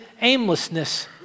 aimlessness